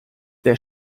der